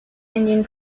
indian